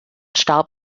starb